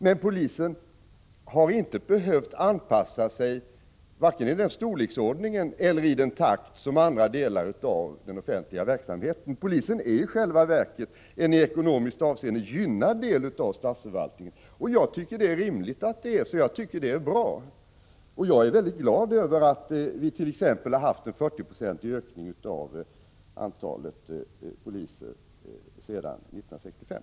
Men polisen har inte behövt anpassa sig i den storleksordning eller i den takt som andra delar av den offentliga verksamheten fått anpassa sig i. Polisen är i själva verket en i ekonomiskt avseende gynnad del av statsförvaltningen, och jag tycker att detta är rimligt och bra. Jag är mycket glad över att vi t.ex. haft en 40-procentig ökning av antalet poliser sedan 1965.